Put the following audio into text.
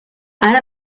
ara